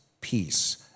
peace